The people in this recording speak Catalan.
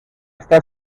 està